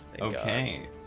Okay